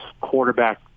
quarterback